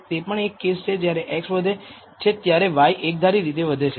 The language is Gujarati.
તે પણ એક કેસ છે કે જ્યારે x વધે છે ત્યારે y એકધારી રીતે વધે છે